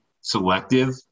selective